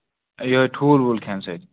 یِہ ٹھوٗل ووٗل کھیٚنہٕ سۭتۍ